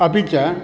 अपि च